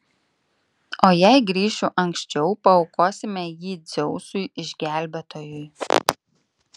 o jei grįšiu anksčiau paaukosime jį dzeusui išgelbėtojui